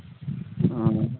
ᱦᱮᱸ